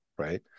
Right